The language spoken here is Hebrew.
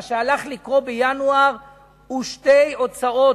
מה שהולך לקרות בינואר הוא שתי הוצאות,